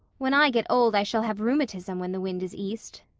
when i get old i shall have rheumatism when the wind is east.